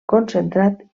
concentrat